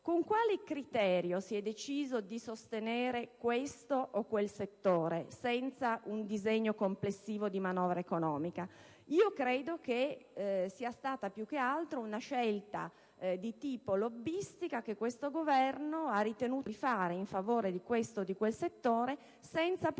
con quale criterio si è deciso di sostenere questo o quel settore, senza un disegno complessivo di manovra economica? Credo che sia stata più che altro una scelta lobbistica che il Governo ha ritenuto di fare in favore di questo o quel settore, senza però